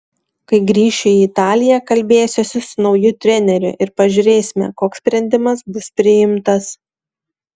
kai grįšiu į italiją kalbėsiuosi su nauju treneriu ir pažiūrėsime koks sprendimas bus priimtas